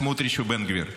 סמוטריץ' ובן גביר.